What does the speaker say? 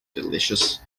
delicious